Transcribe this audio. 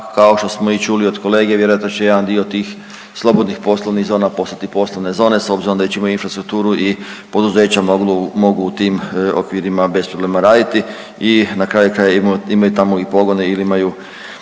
kao što smo čuli i od kolege vjerojatno će jedan dio tih slobodnih poslovnih zona postati poslovne zone s obzirom da već imaju infrastrukturu i poduzeća mogu, mogu tim u okvirima bez problema raditi i na kraju krajeva imaju tamo i pogone ili, ili